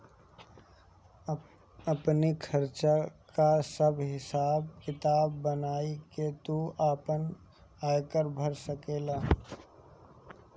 आपनी खर्चा कअ सब हिसाब किताब बनाई के तू आपन आयकर भर सकेला